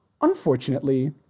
unfortunately